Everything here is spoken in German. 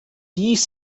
dies